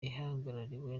ihagarariwe